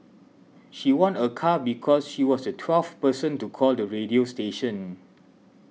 she won a car because she was the twelfth person to call the radio station